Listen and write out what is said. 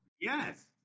Yes